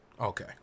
Okay